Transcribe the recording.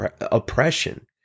oppression